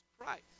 Christ